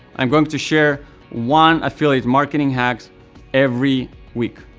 i'm going to share one affiliate marketing hack every week.